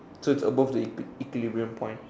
so it's above the equi~ equilibrium point